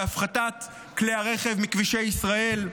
בהפחתת כלי הרכב מכבישי ישראל.